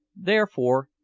therefore,